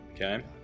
Okay